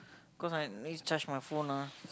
cause I need charge my phone ah